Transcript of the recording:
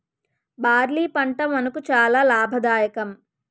barley పంట మనకు చాలా లాభదాయకం